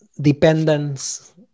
dependence